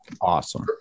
Awesome